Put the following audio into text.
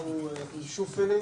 זו שאלה?